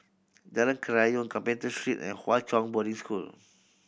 Jalan Kerayong Carpenter Street and Hwa Chong Boarding School